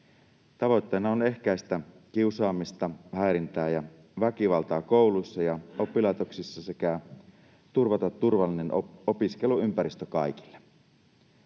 Tavoitteena on ehkäistä kiusaamista, häirintää ja väkivaltaa kouluissa ja oppilaitoksissa sekä turvata turvallinen opiskeluympäristö kaikille.